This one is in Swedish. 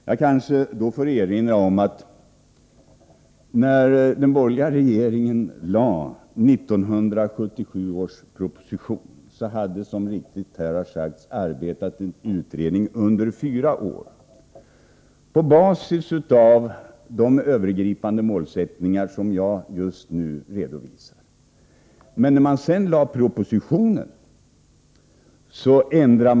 Jag kanske då får erinra om att när den borgerliga regeringen lade fram 1977 års proposition, hade det, som så riktigt sagts här, arbetat en utredning under fyra år på basis av de övergripande målsättningar som jag just nu redovisar.